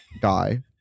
guy